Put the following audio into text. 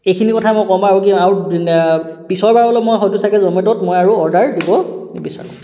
এইখিনি কথা মই ক'ম আৰু পিছৰবাৰলৈ হয়তো মই ছাগৈ জ'মেট'ত আৰু অৰ্ডাৰ দিব নিবিচাৰোঁ